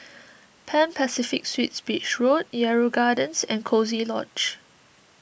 Pan Pacific Suites Beach Road Yarrow Gardens and Coziee Lodge